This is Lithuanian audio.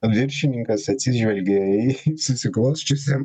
viršininkas atsižvelgia į susiklosčiusią